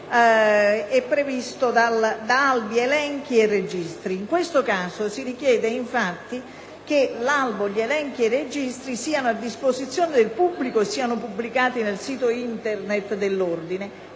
aggiornamento di albi, elenchi e registri. In questo caso, si richiede infatti che l'albo, gli elenchi e i registri siano a disposizione del pubblico e siano pubblicati nel sito Internet dell'ordine,